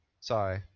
Sorry